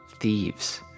thieves